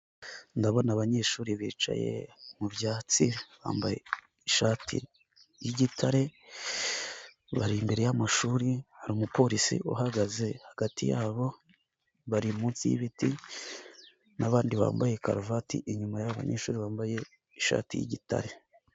Abanyeshuri bicaye mu byatsi bambaye amashati yi'gitare bari imbere yamashuri hari umupolisi uhagaze hagati yabo, bari munsi y'ibiti kandi inyuma yabo harimo abambaye karuvati ndetse bambaye n'amashati y'umweru.